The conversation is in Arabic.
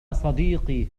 صديقي